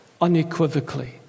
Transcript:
Unequivocally